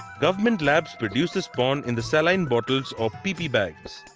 government labs produce the spawn in the saline bottles or pp bags.